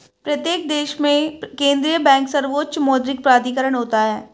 प्रत्येक देश में केंद्रीय बैंक सर्वोच्च मौद्रिक प्राधिकरण होता है